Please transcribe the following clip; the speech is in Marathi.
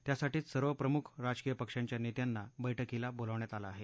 त्यासाठीच सर्व प्रमुख राजकीय पक्षांच्या नेत्यांना बैठकीला बोलावण्यात आलं आहे